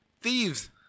Thieves